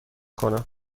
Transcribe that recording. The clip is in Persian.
کنم